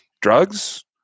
drugs